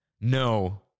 no